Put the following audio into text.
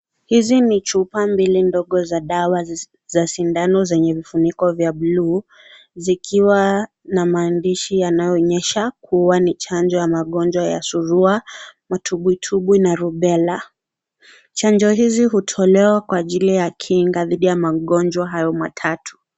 Hizi ni chupa mbili ndogo za dawa za sindano zenye vifuniko vya bluu zikiwa na maandishi yanayoonyesha kuwa ni chanjo ya magonjwa ya surua matumbwi tumbwi na rubela chanjo hizi hutolewa kwa ajili ya kinga dhidhi ya magonjwa hayo matatu.